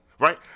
Right